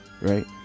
right